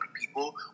people